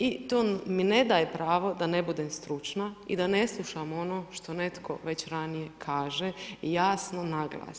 I to mi ne daje pravo da ne budem stručna i da ne slušam ono što netko, već ranije kaže, jasno naglasi.